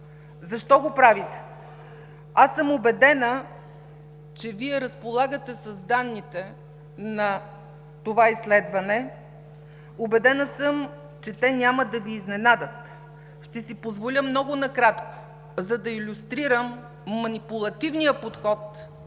Защо го правите? Аз съм убедена, че Вие разполагате с данните на това изследване, убедена съм, че те няма да Ви изненадат. Ще си позволя много накратко, за да илюстрирам манипулативния подход